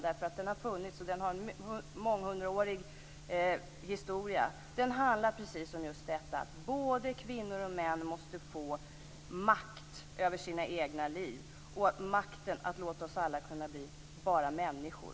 Den har månghundraårig historia. Den handlar precis om att både kvinnor och män måste få makt över sina egna liv och få makten att låta oss alla kunna vara människor.